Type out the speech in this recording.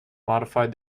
modified